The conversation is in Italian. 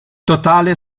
totale